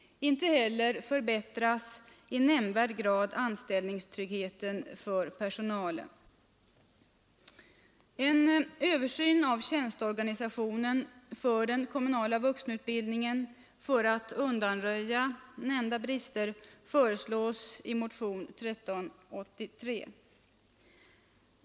Inte heller förbättras i nämnvärd grad anställningstryggheten för personalen. En översyn av tjänsteorganisationen för den kommunala vuxenutbildningen för att undanröja nämnda brister föreslås i motionen 1383.